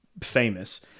famous